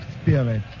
spirit